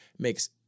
makes